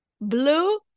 blue